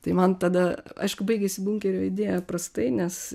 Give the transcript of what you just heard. tai man tada aišku baigėsi bunkerio idėja prastai nes